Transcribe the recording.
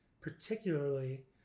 particularly